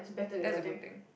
that's a good thing